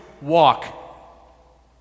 walk